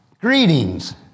greetings